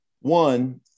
One